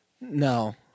No